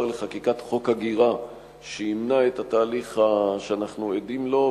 לחקיקת חוק הגירה שימנע את התהליך שאנחנו עדים לו,